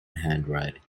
handwriting